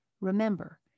Remember